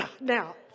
Now